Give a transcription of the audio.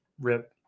Rip